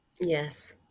Yes